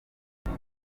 naho